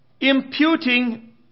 imputing